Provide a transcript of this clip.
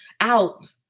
out